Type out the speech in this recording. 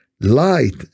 light